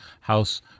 House